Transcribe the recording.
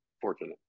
fortunate